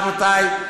רבותי,